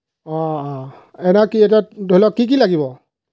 অঁ অঁ এনে কি এতিয়া ধৰি লওক কি কি লাগিব